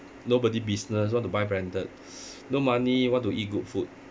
nobody business want to buy branded no money want to eat good food